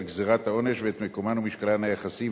גזירת העונש ואת מקומן ומשקלן היחסי.